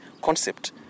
concept